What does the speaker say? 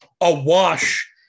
awash